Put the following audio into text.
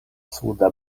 suda